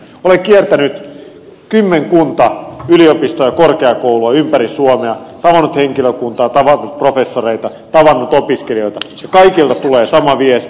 olen kiertänyt kymmenkunta yliopistoa ja korkeakoulua ympäri suomea tavannut henkilökuntaa tavannut professoreita tavannut opiskelijoita ja kaikilta tulee sama viesti